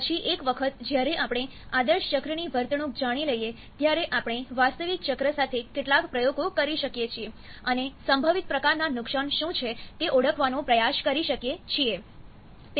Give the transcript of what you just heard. પછી એક વખત જ્યારે આપણે આદર્શ ચક્રની વર્તણૂક જાણી લઈએ ત્યારે આપણે વાસ્તવિક ચક્ર સાથે કેટલાક પ્રયોગો કરી શકીએ છીએ અને સંભવિત પ્રકારના નુકસાન શું છે તે ઓળખવાનો પ્રયાસ કરી શકીએ છીએ